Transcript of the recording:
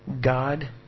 God